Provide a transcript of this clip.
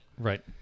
Right